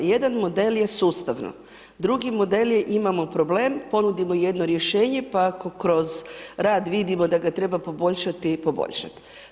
Jedan model je sustavno, drugi model je imamo problem, ponudimo jedno rješenje, pa ako kroz rad vidimo da ga treba poboljšati i poboljšamo.